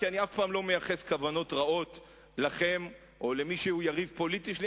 כי אני אף פעם לא מייחס כוונות רעות לכם או למי שהוא יריב פוליטי שלי,